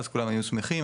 אז כולם היו שמחים,